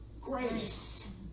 Grace